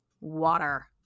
water